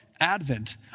Advent